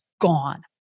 gone